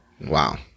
Wow